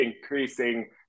increasing